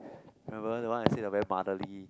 remember the one you said is very Bartley